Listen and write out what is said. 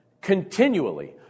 continually